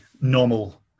normal